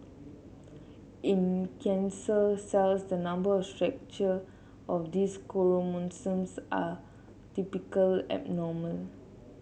in cancer cells the number and structure of these chromosomes are typically abnormal